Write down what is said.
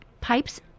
pipes